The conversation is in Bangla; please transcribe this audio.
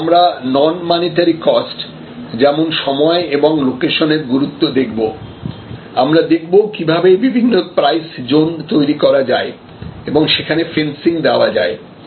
তাছাড়া আমরা নন মানিটারি কস্ট যেমন সময় এবং লোকেশন এর গুরুত্ব দেখব আমরা দেখবো কিভাবে বিভিন্ন প্রাইস জোন তৈরি করা যায় এবং সেখানে ফেন্সিং দেওয়া যায়